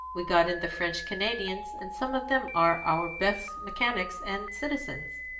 we got in the french canadians, and some of them are our best mechanics and citizens.